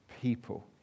people